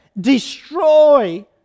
destroy